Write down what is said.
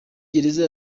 gereza